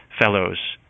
fellows